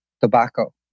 tobacco